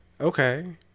okay